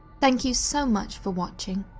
thank you so much for watching.